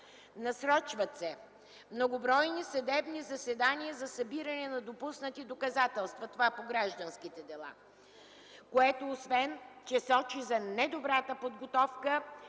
Насрочват се многобройни съдебни заседания за събиране на допуснати доказателства по гражданските дела. Това освен че сочи за недобрата подготовка